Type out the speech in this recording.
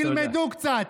תלמדו קצת.